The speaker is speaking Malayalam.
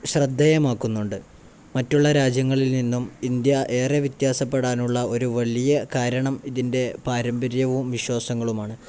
ശ്രദ്ധയമാക്കുന്നുണ്ട് മറ്റുള്ള രാജ്യങ്ങളിൽ നിന്നും ഇന്ത്യ ഏറെ വ്യത്യാസപ്പെടാനുള്ള ഒരു വലിയ കാരണം ഇതിൻ്റെ പാരമ്പര്യവും വിശ്വാസങ്ങളുമാണ്